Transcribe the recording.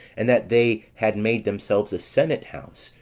and that they had made themselves a senate house,